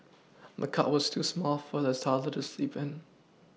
the cot was too small for the toddler to sleep in